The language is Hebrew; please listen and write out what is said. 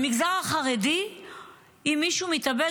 במגזר החרדי אם מישהו מתאבד,